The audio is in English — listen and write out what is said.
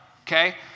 okay